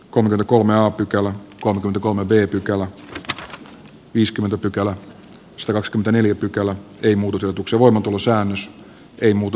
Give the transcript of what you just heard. komenin kolmea pykälä company kolme tee pykälä viiskymmentä pykälää soros kympän eli pykälä ei muutu solutuksen voimaantulosäännös ei muutu